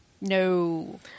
No